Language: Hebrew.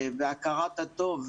והכרת הטוב,